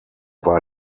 war